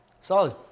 Solid